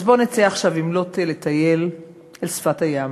אז בוא נצא עכשיו עם לוטֶה, לטייל על שפת הים.